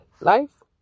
Life